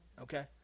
Okay